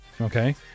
okay